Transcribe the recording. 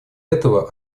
этого